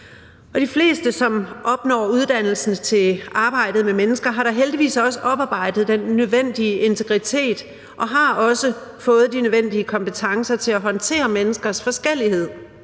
De fleste, som opnår uddannelse til at arbejde med mennesker, har da heldigvis også oparbejdet den nødvendige integritet og har også fået de nødvendige kompetencer til at håndtere menneskers forskellighed.